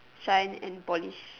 shine and polish